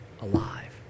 alive